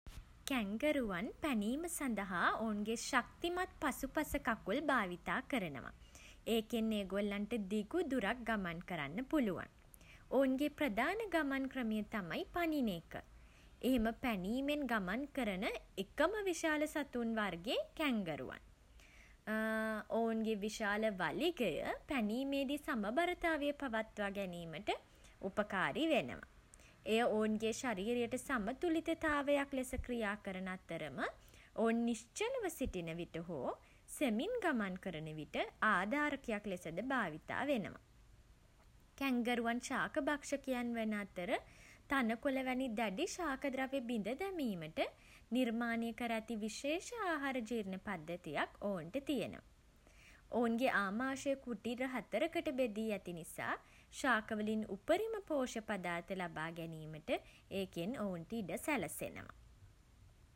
කැන්ගරුවන් පැනීම සඳහා ඔවුන්ගේ ශක්තිමත් පසුපස කකුල් භාවිතා කරනවා. ඒකෙන් ඒගොල්ලන්ට දිගු දුරක් ගමන් කරන්න පුළුවන්. ඔවුන්ගේ ප්‍රධාන ගමන් ක්‍රමය තමයි පනින එක. එහෙම පැනීමෙන් ගමන් කරන එකම විශාල සතුන් වර්ගේ කැන්ගරුවන්. ඔවුන්ගේ විශාල වලිගය පැනීමේදී සමබරතාවය පවත්වා ගැනීමට උපකාරී වෙනවා. එය ඔවුන්ගේ ශරීරයට සමතුලිතතාවයක් ලෙස ක්‍රියා කරන අතරම ඔවුන් නිශ්චලව සිටින විට හෝ සෙමින් ගමන් කරන විට ආධාරකයක් ලෙසද භාවිතා වෙනවා. කැන්ගරුවන් ශාකභක්ෂකයන් වන අතර තණකොළ වැනි දැඩි ශාක ද්‍රව්‍ය බිඳ දැමීමට නිර්මාණය කර ඇති විශේෂ ආහාර ජීර්ණ පද්ධතියක් ඔවුන්ට තියෙනවා. ඔවුන්ගේ ආමාශය කුටීර හතරකට බෙදී ඇති නිසා ශාක වලින් උපරිම පෝෂ්‍ය පදාර්ථ ලබා ගැනීමට ඒකෙන් ඔවුන්ට ඉඩ සැලසෙනවා.